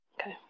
okay